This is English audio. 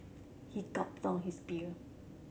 he gulped down his beer